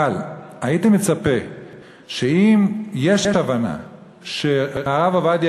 אבל הייתי מצפה שאם יש הבנה שהרב עובדיה